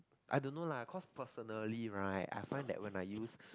I don't know lah cause personally right I find that when I use